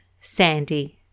Sandy